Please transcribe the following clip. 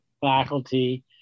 faculty